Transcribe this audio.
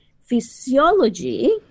physiology